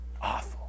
Awful